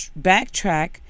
backtrack